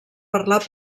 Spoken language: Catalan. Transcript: parlar